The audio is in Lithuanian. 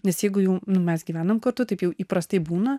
nes jeigu jau nu mes gyvenam kartu taip jau įprastai būna